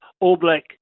all-black